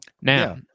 Now